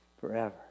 forever